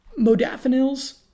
Modafinil's